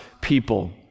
people